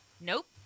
Nope